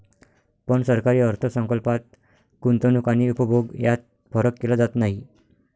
पण सरकारी अर्थ संकल्पात गुंतवणूक आणि उपभोग यात फरक केला जात नाही